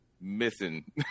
missing